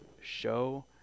show